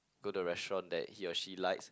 go the restaurant that he or she likes